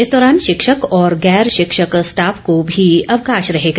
इस दौरान शिक्षक और गैर शिक्षक स्टाफ को भी अवकाश रहेगा